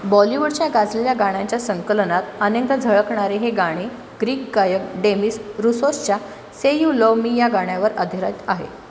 बॉलिवूडच्या गाजलेल्या गाण्याच्या संकलनात अनेकदा झळकणारे हे गाणे ग्रीक गायक डेमिस रुसोसच्या से यु लव मी या गाण्यावर आधारित आहे